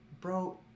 Bro